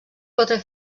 quatre